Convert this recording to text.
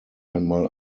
einmal